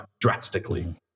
drastically